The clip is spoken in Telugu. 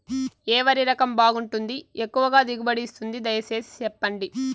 ఏ వరి రకం బాగుంటుంది, ఎక్కువగా దిగుబడి ఇస్తుంది దయసేసి చెప్పండి?